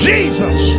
Jesus